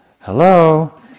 Hello